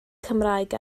cymraeg